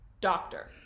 doctor